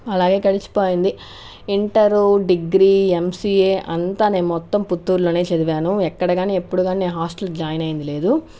అలాగే గడిచిపోయింది inter degree MCA అంతా నేను మొత్తం పుత్తూరులోనే చదివాను ఎక్కడ కానీ ఎప్పుడు కానీ నేను హాస్టల్ జాయిన్ అయ్యింది లేదు